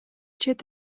чет